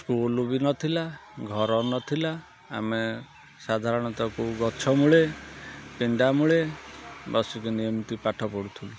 school ବି ନଥିଲା ଘର ନଥିଲା ଆମେ ସାଧାରଣତଃ କେଉଁ ଗଛ ମୂଳେ ପିଣ୍ଡା ମୂଳେ ବସିକିନି ଏମିତି ପାଠ ପଢ଼ୁଥୁଲୁ